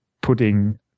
putting